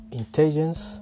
intelligence